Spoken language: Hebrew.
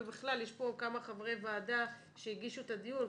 ובכלל יש פה כמה חברי ועדה שהגישו את הדיון,